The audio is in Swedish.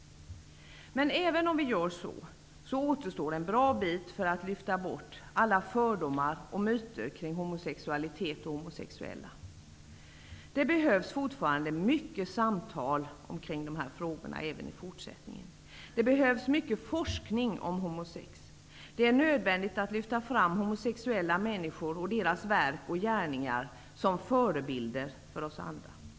Men även om vi gör det, återstår en bra bit för att lyfta bort alla fördomar och myter kring homosexualitet och homosexuella. Det behövs fortfarande mycket samtal om dessa frågor även i fortsättningen. Det behövs mycket forskning om homosex. Det är nödvändigt att lyfta fram homosexuella människor och deras verk och gärningar som förebilder för oss andra.